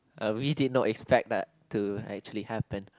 already not expect that to actually happen